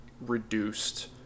reduced